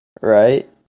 Right